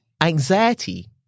anxiety